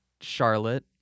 Charlotte